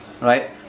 right